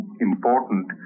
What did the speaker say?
important